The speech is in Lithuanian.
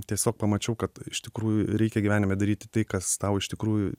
tiesiog pamačiau kad iš tikrųjų reikia gyvenime daryti tai kas tau iš tikrųjų